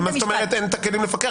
אבל מה זאת אומרת "אין את הכלים לפקח"?